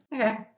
Okay